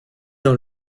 dans